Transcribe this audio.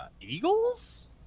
Eagles